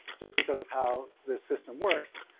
just because of how this system works,